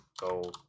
go